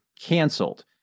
canceled